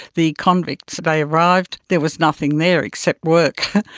the convicts, they arrived, there was nothing there except work.